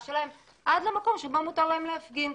שלהם עד למקום בו מותר להם להפגין.